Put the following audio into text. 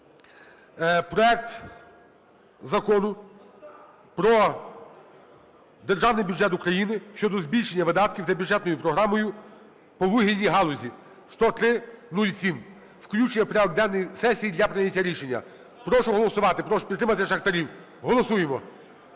проект Закону про Державний бюджет України щодо збільшення видатків за бюджетною програмою по вугільній галузі (10307). Включення в порядок денний сесії для прийняття рішення. Прошу голосувати. Прошу підтримати шахтарів. Голосуємо.